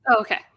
Okay